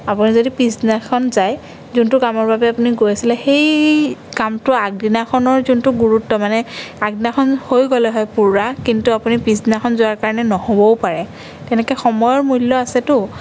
আপুনি যদি পিছদিনাখন যায় যোনটো কামৰ বাবে আপুনি গৈছিলে সেই কামটো আগদিনাখনৰ যোনটো গুৰুত্ব মানে আগদিনাখন হৈ গ'লে হয় পূৰা কিন্তু আপুনি পিছদিনাখন যোৱাৰ কাৰণে নহ'বও পাৰে তেনেকৈ সময়ৰ মূল্য আছেতো